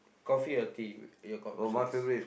coffee or tea your options